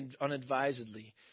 unadvisedly